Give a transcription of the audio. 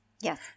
Yes